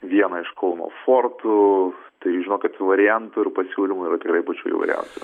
vieną iš kauno fortų tai žinokit variantų ir pasiūlymų yra tikrai pačių įvairiausių